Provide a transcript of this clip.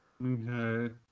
Okay